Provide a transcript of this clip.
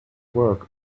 work